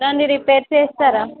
దాన్ని రిపేర్ చేస్తారా